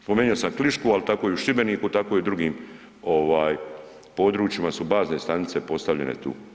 Spomenuo sam Klišku, ali tako je i u Šibeniku, tako je i drugim područjima su bazne stanice postavljene tu.